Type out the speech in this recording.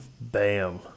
bam